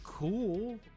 cool